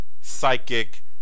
psychic